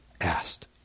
asked